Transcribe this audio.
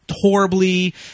horribly